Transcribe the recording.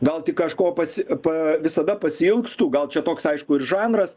gal tik kažko pasi pa visada pasiilgstu gal čia toks aišku ir žanras